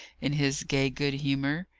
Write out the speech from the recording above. in his gay good humour.